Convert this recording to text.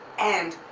and